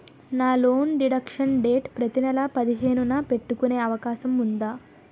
నా loan deduction date ప్రతి నెల పదిహేను న పెట్టుకునే అవకాశం ఉందా?